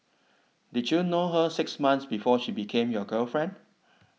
did you know her six months before she became your girlfriend